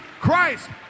Christ